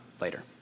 later